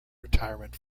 retirement